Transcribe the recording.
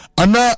ana